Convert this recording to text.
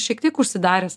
šiek tiek užsidaręs